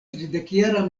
tridekjara